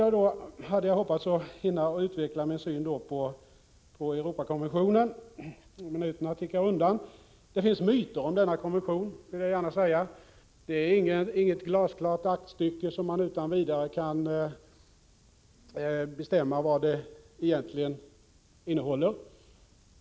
Jag hade hoppats att också hinna utveckla min syn på Europakonventionen, men minuterna tickar undan. Det finns myter om denna konvention. Det är inget glasklart aktstycke. Det går inte att utan vidare bestämma vad det egentligen innehåller.